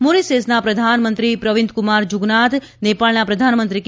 મોરેશીયસના પ્રધાનમંત્રી પ્રવીંદકુમાર જુગનાથ નેપાળના પ્રધાનમંત્રી કે